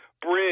Bridge